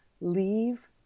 leave